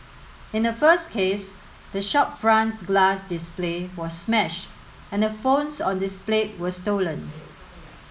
in the first case the shop front's glass display was smashed and the phones on displayed were stolen